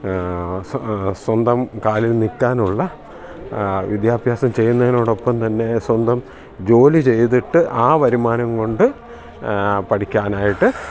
സ്വന്തം കാലിൽ നിൽക്കാനുള്ള വിദ്യാഭ്യാസം ചെയ്യുന്നതിനോടൊപ്പം തന്നെ സ്വന്തം ജോലി ചെയ്തിട്ട് ആ വരുമാനം കൊണ്ട് പഠിക്കാനായിട്ട്